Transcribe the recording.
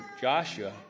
Joshua